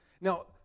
Now